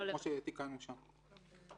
כמו שתיקנו שם.